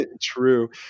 True